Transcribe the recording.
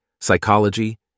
psychology